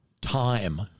Time